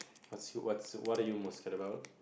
what's what's what are you most capable